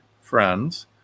friends